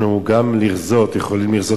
אנחנו, גם לרזות אנחנו יכולים יותר,